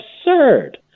absurd